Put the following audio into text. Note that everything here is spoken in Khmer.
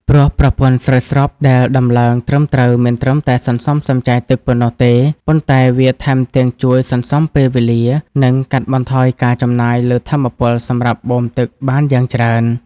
ព្រោះប្រព័ន្ធស្រោចស្រពដែលដំឡើងត្រឹមត្រូវមិនត្រឹមតែសន្សំសំចៃទឹកប៉ុណ្ណោះទេ ប៉ុន្តែវាថែមទាំងជួយសន្សំពេលវេលា និងកាត់បន្ថយការចំណាយលើថាមពលសម្រាប់បូមទឹកបានយ៉ាងច្រើន។